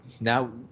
now